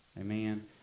Amen